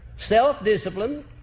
self-discipline